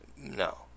no